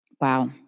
Wow